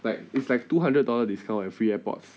like it's like two hundred dollar discount and free airpods